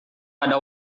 pada